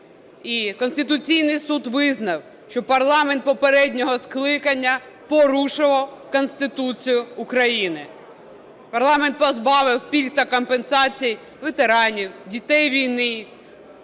Конституційний Суд визнав, що парламент попереднього скликання порушував Конституцію України. Парламент позбавив пільг та компенсацій ветеранів, дітей війни,